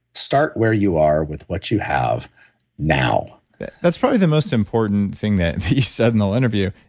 start where you are with what you have now that's probably the most important thing that you said in the interview.